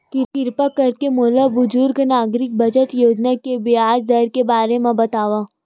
किरपा करके मोला बुजुर्ग नागरिक बचत योजना के ब्याज दर के बारे मा बतावव